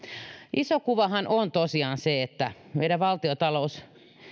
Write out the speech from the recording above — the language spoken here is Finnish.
iso kuvahan on tosiaan se että meidän valtiontalous